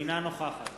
אינה נוכחת